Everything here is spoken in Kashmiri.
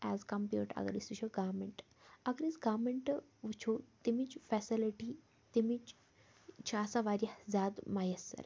ایز کَمپِیٲرڈ ٹوٚ اَگر أسۍ وُچھو گورمیٚنٛٹہٕ اَگر أسۍ گورمیٚنٛٹہٕ وُچھو تٔمِچۍ فیسَلٹی تٔمِچۍ چھِ آسان واریاہ زیادٕ میسر